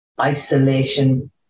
isolation